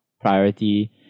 priority